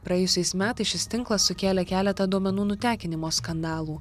praėjusiais metais šis tinklas sukėlė keletą duomenų nutekinimo skandalų